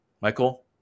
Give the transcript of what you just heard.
michael